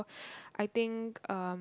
I think um